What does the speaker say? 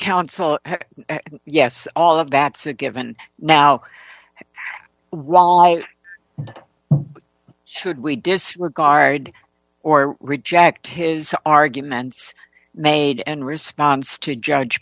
counsel yes all of that's a given now why should we disregard or reject his arguments made and response to judge